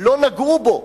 לא נגעו בו,